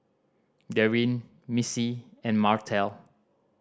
Darryn Missy and Martell